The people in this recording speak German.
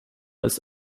ist